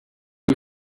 who